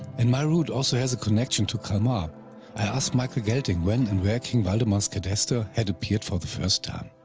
and my route also has a connection to kalmar. i asked michael gelting, when and where king valdemar's cadaster had appeared for the first time.